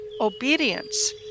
obedience